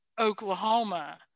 Oklahoma